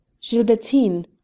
Gilbertine